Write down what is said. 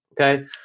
okay